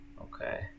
okay